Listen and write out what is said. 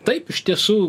taip iš tiesų